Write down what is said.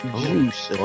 juice